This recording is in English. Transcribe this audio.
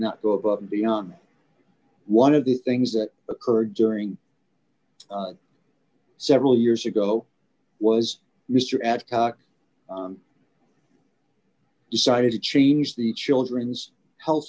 cannot go above and beyond one of the things that occurred during several years ago was mr ad decided to change the children's health